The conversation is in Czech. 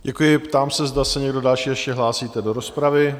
Děkuji, ptám se, zda se někdo další ještě hlásíte do rozpravy?